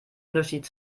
unterschied